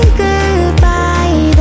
goodbye